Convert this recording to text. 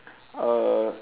err